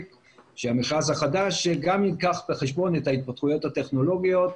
שהמכרז החדש גם ייקח בחשבון את ההתפתחויות הטכנולוגיות.